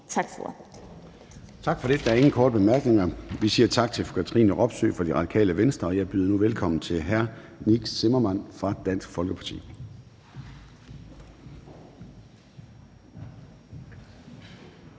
Gade): Tak for det. Der er ikke nogen korte bemærkninger. Vi siger tak til fru Katrine Robsøe fra Radikale Venstre. Jeg byder nu velkommen til hr. Nick Zimmermann fra Dansk Folkeparti.